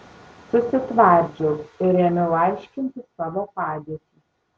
susitvardžiau ir ėmiau aiškinti savo padėtį